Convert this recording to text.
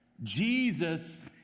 Jesus